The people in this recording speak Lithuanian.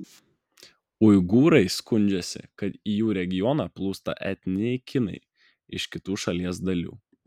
uigūrai skundžiasi kad į jų regioną plūsta etniniai kinai iš kitų šalies dalių